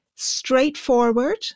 Straightforward